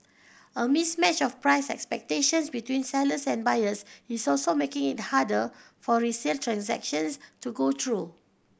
a mismatch of price expectations between sellers and buyers is also making it harder for resale transactions to go through